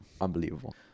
unbelievable